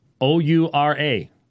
O-U-R-A